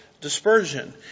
dispersion